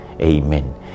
Amen